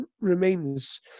remains